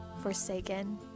forsaken